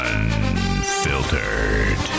Unfiltered